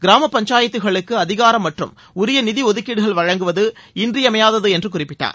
கிராமப்பஞ்சாயத்துக்களுக்கு அதிகாரம் மற்றும் உரிய நிதி ஒதுக்கீடுகள் வழங்குவது இன்றியமையாதது என்று குறிப்பிட்டார்